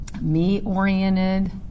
me-oriented